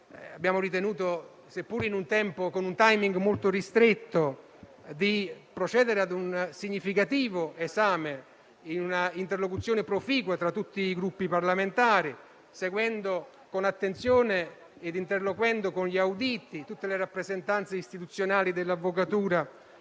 abbiamo ritenuto, seppure con un *timing* molto ristretto, di procedere ad un significativo esame, in un'interlocuzione proficua tra tutti i Gruppi parlamentari, seguendo con attenzione ed interloquendo con gli auditi, le rappresentanze istituzionali dell'avvocatura